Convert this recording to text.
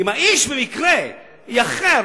אם האיש במקרה יאחר,